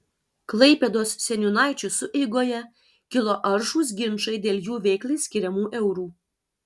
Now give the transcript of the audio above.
klaipėdos seniūnaičių sueigoje kilo aršūs ginčai dėl jų veiklai skiriamų eurų